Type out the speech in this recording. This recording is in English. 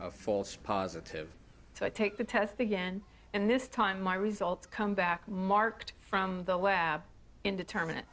a false positive so i take the test again and this time my results come back marked from the indeterminate